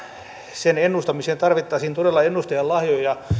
sen ennustamiseen tarvittaisiin todella ennustajan lahjoja